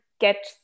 get